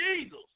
Jesus